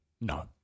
No